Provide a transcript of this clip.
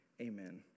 Amen